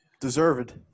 deserved